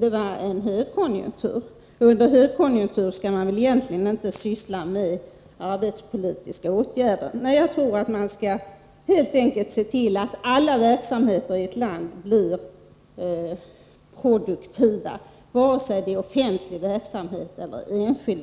det vara högkonjunktur. Under en högkonjunktur skall man egentligen inte syssla med arbetsmarknadspolitiska åtgärder. Jag tror att det är viktigt att se till, att alla verksamheter i ett land blir produktiva, vare sig det är offentlig verksamhet eller enskild.